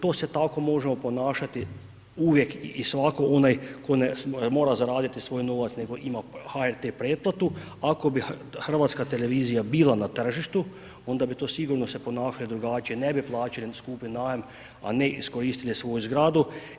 To se tako možemo ponašati uvijek i svatko onaj tko ne mora zaraditi svoj novac nego ima HRT pretplatu, ako bi hrvatska televizija bila na tržištu onda bi to sigurno se ponašali drugačije ne bi plaćali skupi najam, a ne iskoristili svoju zgradu.